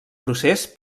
procés